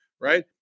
right